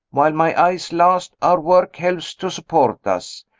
while my eyes last, our work helps to support us.